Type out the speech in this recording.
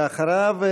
ואחריו,